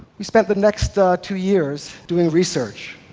we spent the next two years doing research.